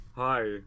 Hi